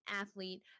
athlete